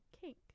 kink